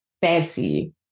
fancy